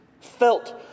felt